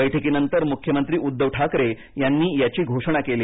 बैठकीनंतर मुख्यमंत्री उद्घव ठाकरे यांनी याची घोषणा केली